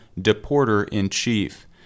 Deporter-in-Chief